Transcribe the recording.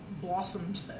blossomed